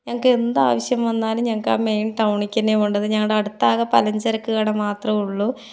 ഞങ്ങൾക്ക് എന്ത് ആവശ്യം വന്നാലും ഞങ്ങൾക്ക് ആ മെയിൻ ടൗണിലേക്ക് തന്നെയാണ് പോകേണ്ടത് ഞങ്ങളുടെ അടുത്താകെ പല ചരക്ക് കട മാത്രമെ ഉള്ളൂ